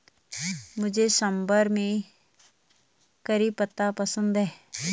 मुझे सांभर में करी पत्ता पसंद है